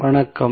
வணக்கம்